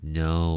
no